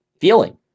feeling